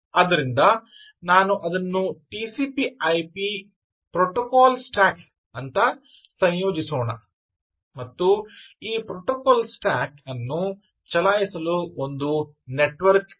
ಆದ್ದರಿಂದ ನಾನು ಅದನ್ನು TCP IP protocol stack TCPIP protocol stack ಅಂತ ಸಂಯೋಜಿಸೋಣ ಮತ್ತು ಈ ಪ್ರೊಟೊಕಾಲ್ ಸ್ಟ್ಯಾಕ್ ಅನ್ನು ಚಲಾಯಿಸಲು ನೆಟ್ವರ್ಕ್ ಇದೆ